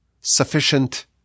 sufficient